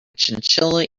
chinchilla